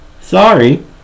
sorry